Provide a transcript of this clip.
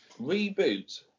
Reboot